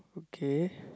okay